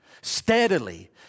steadily